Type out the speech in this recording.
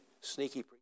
sneaky